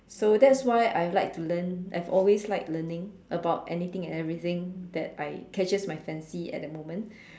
so that's why I like to learn I've always like learning about anything and everything that I catches my frenzy at that moment